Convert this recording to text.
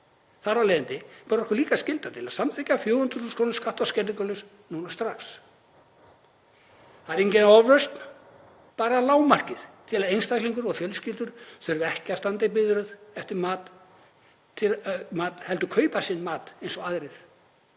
Þar af leiðandi ber okkur líka skylda til að samþykkja 400.000 kr. skatta- og skerðingarlaust núna strax. Það er engin ofrausn, bara lágmarkið til að einstaklingar og fjölskyldur þurfi ekki að standa í biðröð eftir mat heldur kaupi sinn mat eins og aðrir